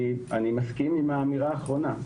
אני מסכים עם האמירה האחרונה.